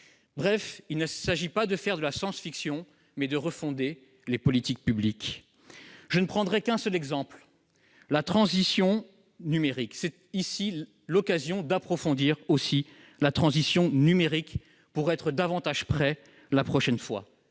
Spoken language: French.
Bref, il s'agit non pas de faire de la science-fiction, mais de refonder les politiques publiques. Je ne prendrai qu'un seul exemple : c'est l'occasion d'approfondir la transition numérique pour être davantage prêt la prochaine fois.